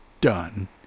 done